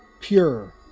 Pure